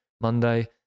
Monday